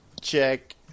check